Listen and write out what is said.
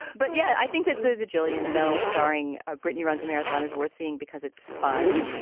but yeah, i think that the the gillian belle starring ah brittany runs a marathon is worth seeing because it's fun.